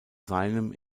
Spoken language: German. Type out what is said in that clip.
seinem